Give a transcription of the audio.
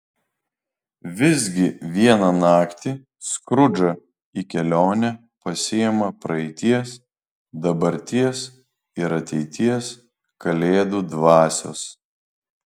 visgi vieną naktį skrudžą į kelionę pasiima praeities dabarties ir ateities kalėdų dvasios